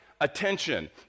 attention